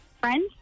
Friends